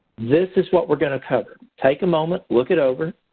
this is what we're going to cover. take a moment look it over.